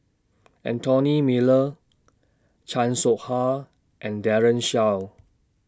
Anthony Miller Chan Soh Ha and Daren Shiau